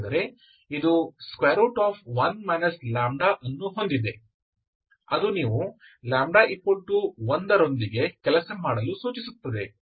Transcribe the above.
ಏಕೆಂದರೆ ಇದು 1 λ ಅನ್ನು ಹೊಂದಿದೆ ಅದು ನೀವು λ1 ರೊಂದಿಗೆ ಕೆಲಸ ಮಾಡಲು ಸೂಚಿಸುತ್ತದೆ